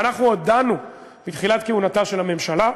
ואנחנו הודענו בתחילת כהונתה של הממשלה,